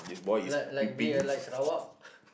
like like we are like Sarawak